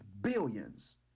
billions